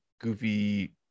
Goofy